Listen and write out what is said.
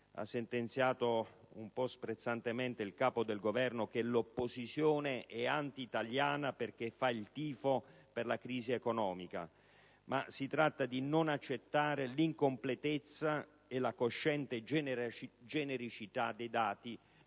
ha sentenziato in modo un po' sprezzante il Capo del Governo, dell'opposizione che è anti-italiana perché fa il tifo per la crisi economica: si tratta di non accettare l'incompletezza e la cosciente genericità dei dati